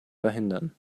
verhindern